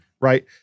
Right